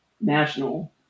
National